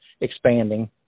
expanding